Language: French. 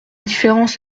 différence